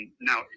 Now